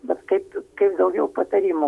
bet kaip kaip daugiau patarimų